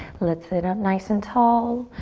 let's sit up nice and tall,